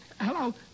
Hello